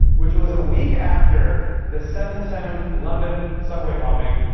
which was a week after the seven seven london subway bombing,